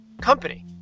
company